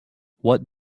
what